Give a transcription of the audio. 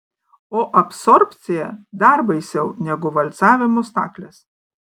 o absorbcija dar baisiau negu valcavimo staklės